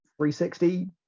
360